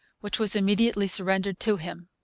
which was immediately surrendered to him.